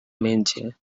menge